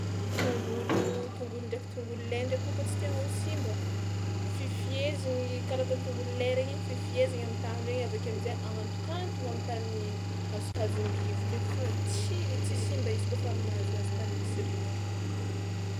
Tongolo tongolo ndraiky tongolo lay ndraiky kôa kôa tsy tianao ho simba, fifihezigny karaha atao ny tongolo lay regny igny fifihezigna am'tahony regny avy akeo am'zay ahantonkantogna am'tany azokazon'ny rivotra eny fa tsy i- tsy simba izy kaofa mahazoazo tany misy rivotra.